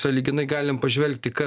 sąlyginai galim pažvelgti kas